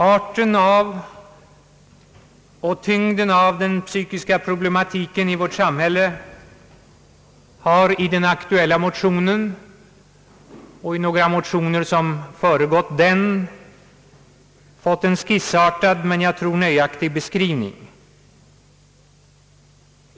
Arten av och tyngden av den psykiska problematiken i vårt samhälle har i de aktuella motionerna och i några motioner som föregått dem fått en skissartad, men jag tror nöjaktig, beskrivning.